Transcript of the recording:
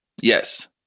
Yes